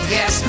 Yes